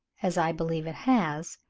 as i believe it has,